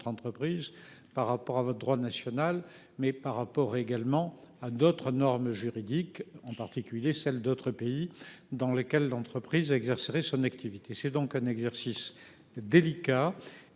entreprise par rapport à votre droit national mais par rapport également à d'autres normes juridiques, en particulier celle d'autres pays dans lesquels l'entreprise exercerait son activité. C'est donc un exercice délicat.